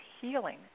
healing